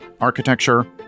architecture